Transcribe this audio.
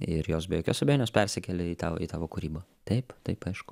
ir jos be jokios abejonės persikelia į tav į tavo kūrybą taip taip aišku